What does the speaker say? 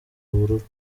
ubururu